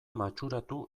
matxuratu